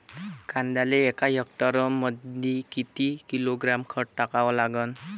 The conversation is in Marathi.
कांद्याले एका हेक्टरमंदी किती किलोग्रॅम खत टाकावं लागन?